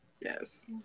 yes